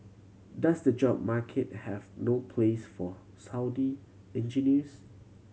does the job market have no place for Saudi engineers